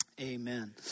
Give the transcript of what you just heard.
Amen